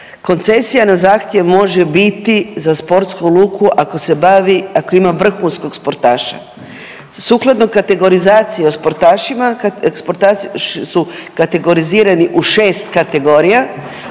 koncesija na zahtjev može biti za sportsku luku ako se bavi, ako ima vrhunskog sportaša sukladno kategorizaciji o sportašima sportaši su kategorizirani u šest kategorija,